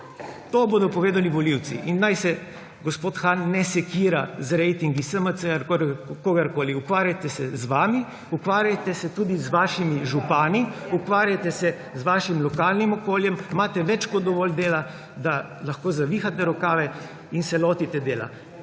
To bodo povedali volivci in naj se gospod Han ne sekira z ratingi SMC-ja ali kogarkoli, ukvarjajte se z vami, ukvarjajte se tudi z vašimi župani, ukvarjate se z vašim lokalnim okoljem, imate več kot dovolj dela, da lahko zavihate rokave in se lotite dela.